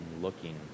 looking